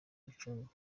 gicumbi